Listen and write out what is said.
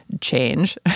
change